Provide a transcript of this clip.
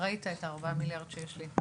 ראית את הארבעה מיליארד שיש לי.